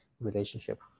relationship